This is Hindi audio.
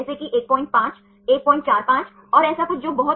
तो इसे टाइप 2 और टाइप 2' कहा जाता है सही